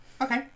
Okay